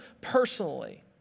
personally